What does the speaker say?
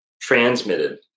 transmitted